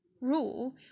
rule